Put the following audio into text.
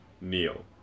neo